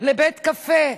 לבית קפה.